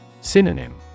Synonym